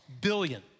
billion